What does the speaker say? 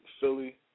Philly